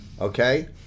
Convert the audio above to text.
Okay